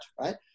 right